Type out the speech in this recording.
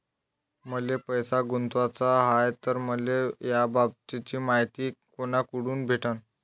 मले पैसा गुंतवाचा हाय तर मले याबाबतीची मायती कुनाकडून भेटन?